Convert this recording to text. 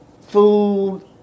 food